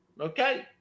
Okay